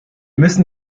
müssen